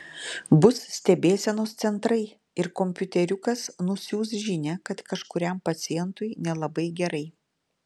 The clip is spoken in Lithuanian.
bus stebėsenos centrai ir kompiuteriukas nusiųs žinią kad kažkuriam pacientui nelabai gerai